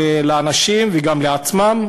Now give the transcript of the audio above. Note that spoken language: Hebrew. לאנשים וגם לעצמם.